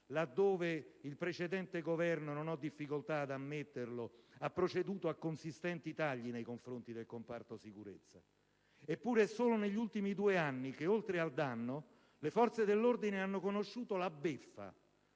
anche il precedente Governo - non ho difficoltà ad ammetterlo - ha proceduto a consistenti tagli nei confronti del comparto sicurezza. Eppure, è solo negli ultimi due anni che, oltre al danno, le forze dell'ordine hanno conosciuto la beffa: